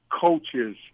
coaches